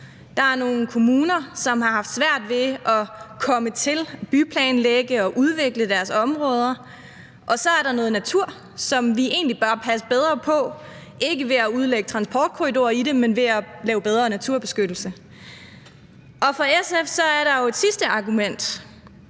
Der er nogle kommuner, som har haft svært ved at komme til at byplanlægge og udvikle deres områder, og så er der noget natur, som vi egentlig bør passe bedre på, ikke ved at udlægge transportkorridorer i den, men ved at lave bedre naturbeskyttelse. For SF er der jo et sidste argument,